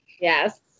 Yes